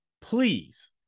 please